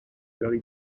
very